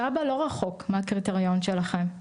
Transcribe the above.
שאבא לא רחוק מהקריטריון שלכם.